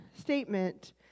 statement